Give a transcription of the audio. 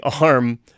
arm